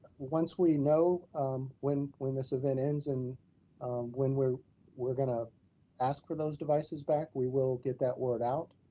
once we know when when this event ends and when we're we're gonna ask for those devices back, we will get that word out.